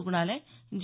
रुग्णालय जे